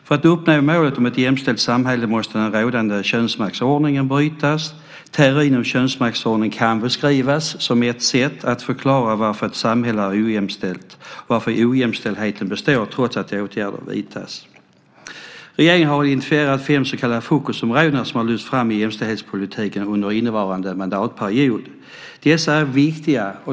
För att uppnå målet om ett jämställt samhälle måste den rådande könsmaktsordningen brytas. Teorin om könsmaktsordning kan beskrivas som ett sätt att förklara varför ett samhälle är ojämställt och varför ojämställdheten består trots att åtgärder vidtas. Regeringen har identifierat fem så kallade fokusområden som lyfts fram i jämställdhetspolitiken under innevarande mandatperiod. Dessa områden är viktiga.